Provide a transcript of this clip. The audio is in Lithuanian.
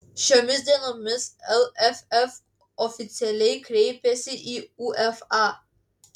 šiomis dienomis lff oficialiai kreipėsi į uefa